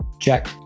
Check